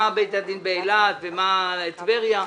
מה בית הדין באילת ומה טבריה.